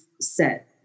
set